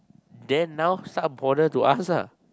then now start bother to ask ah